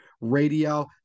Radio